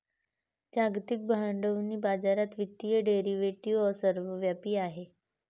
जागतिक भांडवली बाजारात वित्तीय डेरिव्हेटिव्ह सर्वव्यापी आहेत